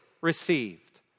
received